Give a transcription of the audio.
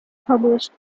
published